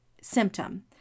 symptom